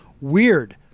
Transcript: weird